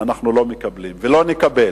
אנחנו לא מקבלים ולא נקבל.